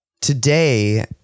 Today